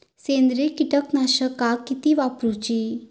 सेंद्रिय कीटकनाशका किती वापरूची?